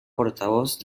portavoz